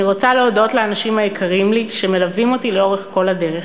אני רוצה להודות לאנשים היקרים לי שמלווים אותי לאורך כל הדרך.